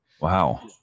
Wow